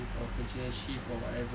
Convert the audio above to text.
or kerja shift or whatever